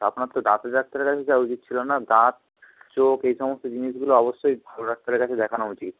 আপনার তো দাঁতের ডাক্তারের কাছে যাওয়া উচিত ছিল না দাঁত চোখ এই সমস্ত জিনিসগুলো অবশ্যই ভালো ডাক্তারের কাছে দেখানো উচিত